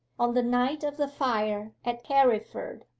on the night of the fire at carriford,